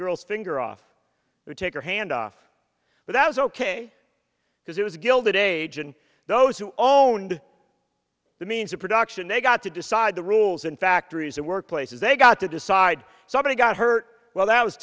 girl's finger off to take her hand off but that was ok because it was a gilded age and those who owned the means of production they got to decide the rules in factories and workplaces they got to decide somebody got hurt well that was